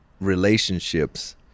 relationships